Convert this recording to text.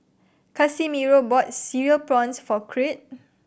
Casimiro bought Cereal Prawns for Creed